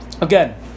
Again